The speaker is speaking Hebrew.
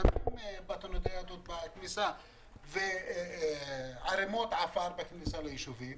שמים בטונדות בכניסה וערימות עפר בכניסה לישובים,